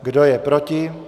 Kdo je proti?